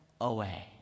away